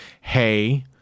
Hey